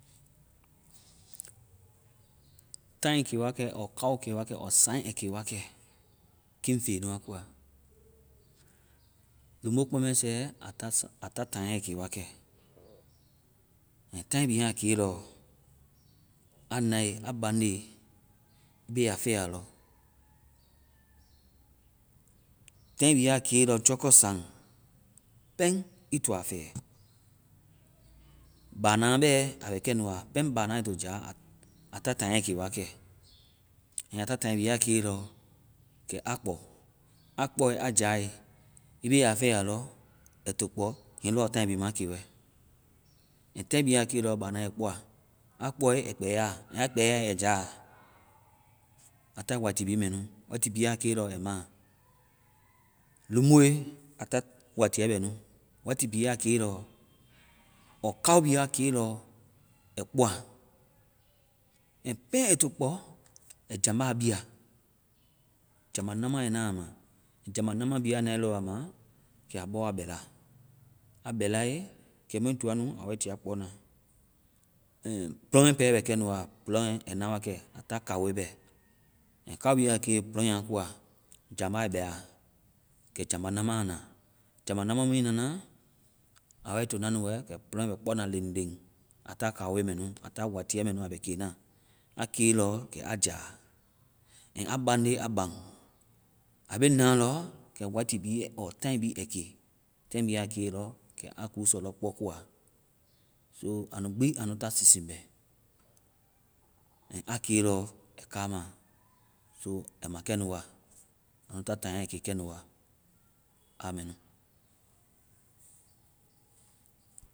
Táai ke wa kɛ ɔɔ kao ke wa kɛ ɔɔ saŋɛ ke wa kɛ kifeŋ nua koa. Lumo kpɔmɛsɛ aa ta saŋ-aa ta taŋi ke wakɛ. And taŋi bi a ke lɔ, aa nae aa baŋde, ii be aa fɛya lɔ. Taŋi bi a ke lɔ, jɔkɔsaŋ pɛŋ ii to a fɛ. Banaa bɛ a bɛ kɛnu wa. Pɛŋ banaa ai to ja, aa ta taŋi ke wakɛ. Hiŋi aa ta taŋi be a ke lɔ, kɛ a kpɔ. Aa kpɔe, a jae, ii be a fɛya lɔ ai to kpɔ hiŋi lɔ taŋi bi ma ke wɛ. Hiŋi taŋi bi aa ke lɔ, banaa kpɔa. Aa kpɔe, ai kpɛyae, aa kpɛyae, ai jaa. Aa ta wati bi mɛ nu. Wati bi a ke lɔ ai ma. Lumoe, aa ta watiɛ bɛ nu. Wati bi a ke lɔ ɔɔ kao bi a ke lɔ, ai kpɔa. And pɛŋ ai to kpɔ, ai jamba bia. Jamba nama ai na ma. Jamba nama bi aa nae a ma, kɛ aa bɔ aa bɛla. Aa bɛlae, kɛmui toa nu, a wai tia kpɔ na. And plɔŋ pɛɛ bɛ kɛnu wa. Plɔŋ ai na wakɛ. Aa ta kaoe bɛ. And kao bi aa ke plɔŋ aa koa, jamba ai bɛa. Kɛ jamba namaa na. Jamba nana mui nana, aa wai tona nu wɛ kɛ plɔŋ bè kpona len len. Aa ta kaoe mɛ nu. Aa ta watiɛ mɛ nu a bɛ ke na. A ke lɔ, kɛ aa ja. And a bande, aa baŋ. Aa be na lɔ kɛ wati bi ɔɔ táai bi ai ke. Táai bi aa ke lɔ, kɛ aa kuusɔ lɔ kpɔ koa. So anu gbi, anu ta season bɛ. And aa ke lɔ, ai kaama. So ai ma kɛnu wa. Aa nu ta taŋi ke kɛnu wa. Aa mɛ nu.